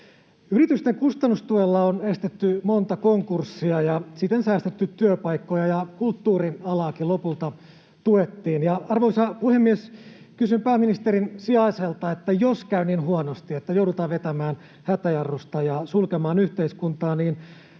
Yritysten kustannustuella on estetty monta konkurssia ja siten säästetty työpaikkoja, ja kulttuurialaakin lopulta tuettiin. Arvoisa puhemies! Kysyn pääministerin sijaiselta, että jos käy niin huonosti, että joudutaan vetämään hätäjarrusta ja sulkemaan yhteiskuntaa, niin